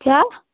کیٛاہ